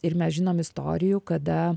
ir mes žinom istorijų kada